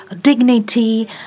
dignity